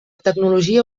tecnologia